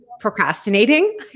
procrastinating